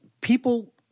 people